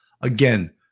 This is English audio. Again